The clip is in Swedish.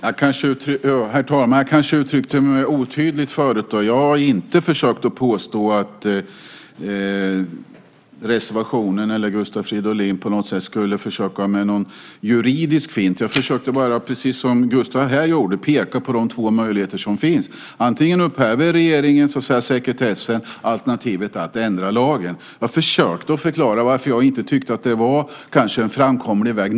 Herr talman! Jag kanske uttryckte mig otydligt förut. Jag har inte försökt påstå att Gustav Fridolin i reservationen på något sätt skulle försöka med någon juridisk fint. Jag försökte bara, precis som Gustav gjorde, peka på de två möjligheter som finns. Antingen upphäver regeringen sekretessen eller så ändrar man lagen. Jag försökte förklara varför jag kanske inte tyckte att någondera av dem var en framkomlig väg.